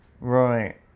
Right